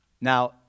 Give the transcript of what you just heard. Now